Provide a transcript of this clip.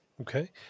Okay